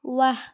ৱাহ